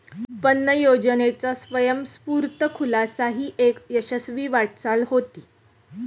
उत्पन्न योजनेचा स्वयंस्फूर्त खुलासा ही एक यशस्वी वाटचाल होती